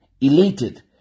elated